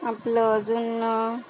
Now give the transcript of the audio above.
आपलं अजून